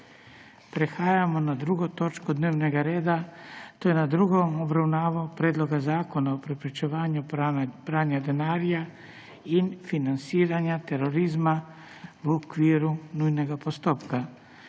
prekinjeno 2. točko dnevnega reda, to je s tretjo obravnavo Predloga zakona o preprečevanju pranja denarja in financiranja terorizma v okviru nujnega postopka.